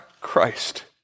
Christ